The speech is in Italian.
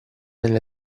nelle